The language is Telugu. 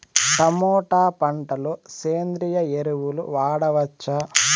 టమోటా పంట లో సేంద్రియ ఎరువులు వాడవచ్చా?